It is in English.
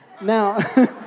Now